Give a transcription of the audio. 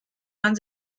man